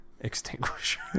Extinguisher